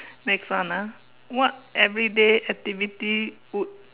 next one ah what everyday activity would